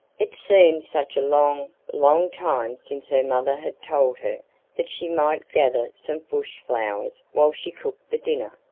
it seemed such a long, long time since her mother had told her that she might gather some bush flowers whilst she cooked the dinner,